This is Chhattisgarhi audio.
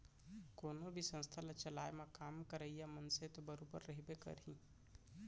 कोनो भी संस्था ल चलाए म काम करइया मनसे तो बरोबर रहिबे करही